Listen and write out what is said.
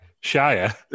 Shire